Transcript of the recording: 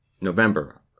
November